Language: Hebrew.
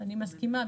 אני מסכימה.